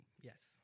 Yes